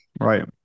right